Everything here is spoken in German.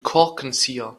korkenzieher